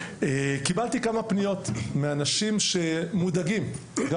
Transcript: קיבלתי כמה פניות מאנשים שמודאגים גם